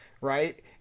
right